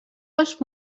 als